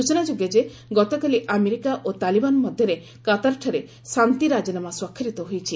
ସ୍ଚଚନାଯୋଗ୍ୟ ଯେ ଗତକାଲି ଆମେରିକା ଓ ତାଲିମାନ ମଧ୍ୟରେ କାତାର୍ଠାରେ ଶାନ୍ତି ରାଜିନାମା ସ୍ୱାକ୍ଷରିତ ହୋଇଛି